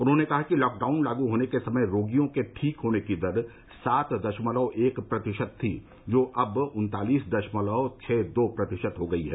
उन्होंने कहा कि लॉकडाउन लागू होने के समय रोगियों के ठीक होने की दर सात दशमलव एक प्रतिशत थी जो अब उन्तालीस दशमलव छह दो प्रतिशत हो गई है